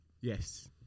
Yes